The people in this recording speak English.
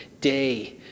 day